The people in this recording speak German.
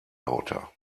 lauter